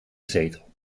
zetel